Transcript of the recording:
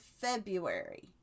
February